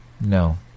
no